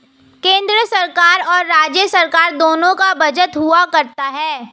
केन्द्र सरकार और राज्य सरकार दोनों का बजट हुआ करता है